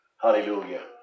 hallelujah